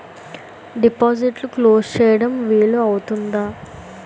డిపాజిట్లు క్లోజ్ చేయడం వీలు అవుతుందా?